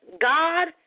God